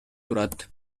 турат